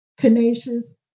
tenacious